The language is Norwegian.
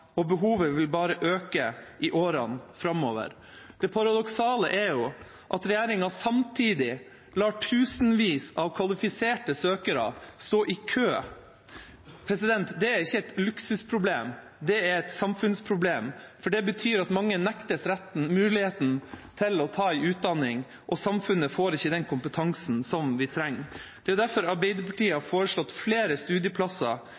og behovet vil bare øke i årene framover. Det paradoksale er at regjeringa samtidig lar tusenvis av kvalifiserte søkere stå i kø. Det er ikke et luksusproblem, det er et samfunnsproblem, for det betyr at mange nektes muligheten til å ta en utdanning, og samfunnet får ikke den kompetansen vi trenger. Det er derfor Arbeiderpartiet over flere år har foreslått flere studieplasser